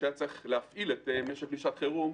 כשהיה צריך להפעיל את משק לשעת חירום,